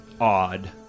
odd